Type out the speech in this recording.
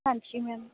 ਹਾਂਜੀ ਮੈਮ